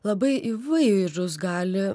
labai įvairūs gali